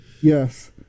Yes